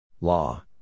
Law